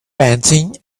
panting